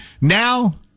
Now